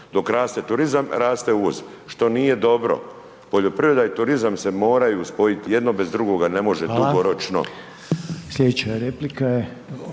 dok raste turizam, raste uvoz. Što nije dobro, poljoprivrede i turizam se moraju spojiti, jedno bez drugoga ne može dugoročno.